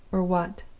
or what.